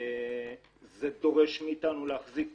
זה דורש מאתנו להחזיק